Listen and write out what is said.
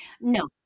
No